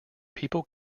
people